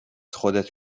خودت